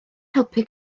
helpu